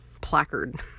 placard